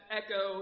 echo